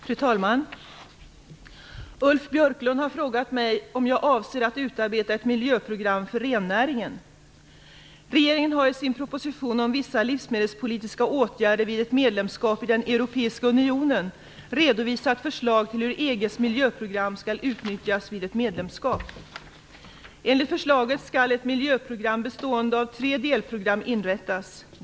Fru talman! Ulf Björklund har frågat mig om jag avser att utarbeta ett miljöprogram för rennäringen. Regeringen har i sin proposition om vissa livsmedelspolitiska åtgärder vid ett medlemskap i den europeiska unionen redovisat förslag till hur EG:s miljöprogram skall utnyttjas vid ett medlemskap. Enligt förslaget skall ett miljöprogram bestående av tre delprogram inrättas.